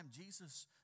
Jesus